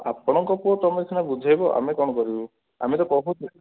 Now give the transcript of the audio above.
ଆପଣଙ୍କ ପୁଅ ତମେ ସିନା ବୁଝାଇବ ଆମେ କ'ଣ କରିବୁ ଆମେ ତ କହୁଛୁ